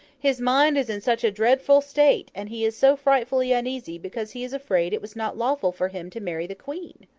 his mind is in such a dreadful state, and he is so frightfully uneasy, because he is afraid it was not lawful for him to marry the queen!